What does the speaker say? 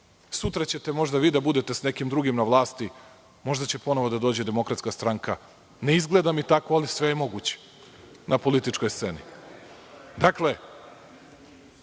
sutra ćete možda vi da budete sa nekim drugim na vlasti, možda će ponovo da dođe DS, ne izgleda mi tako ali sve je moguće na političkoj sceni. Dakle,